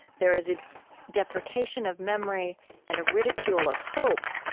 there is a depreciation of memory and a ridicule of hope,